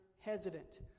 hesitant